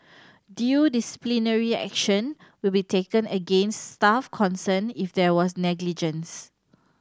due disciplinary action will be taken against staff concerned if there was negligence